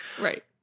Right